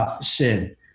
sin